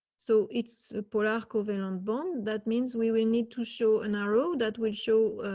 so it's a but ah coven on bond that means we we need to show an arrow that will show